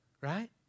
right